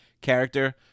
character